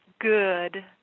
good